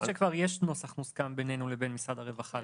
כבר יש נוסח מוסכם בינינו לבין משרד הרווחה,